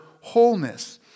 wholeness